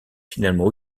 finalement